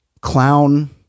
clown